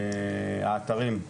האתרים.